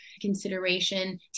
consideration